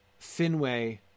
Finway